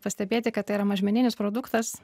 pastebėti kad tai yra mažmeninis produktas